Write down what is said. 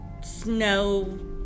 snow